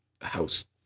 house